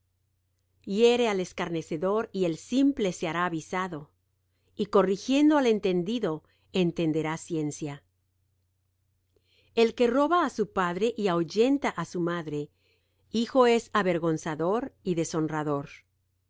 hiere al escarnecedor y el simple se hará avisado y corrigiendo al entendido entenderá ciencia el que roba á su padre y ahuyenta á su madre hijo es avergonzador